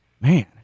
man